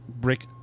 brick